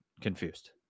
confused